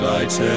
Lights